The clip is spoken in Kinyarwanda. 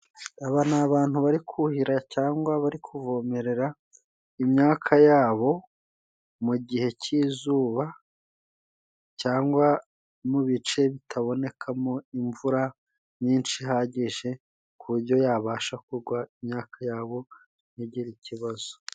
Aba ni abantu bari kuhira cyangwa bari kuvomerera imyaka yabo mu gihe cy'izuba, cyangwa mu bice bitabonekamo imvura nyinshi ihagije, ku bujyo yabasha kugwa imyaka yabo ntigire ikibazo.